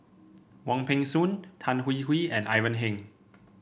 Wong Peng Soon Tan Hwee Hwee and Ivan Heng